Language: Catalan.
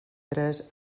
tres